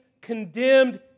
condemned